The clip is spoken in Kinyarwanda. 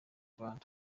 rwanda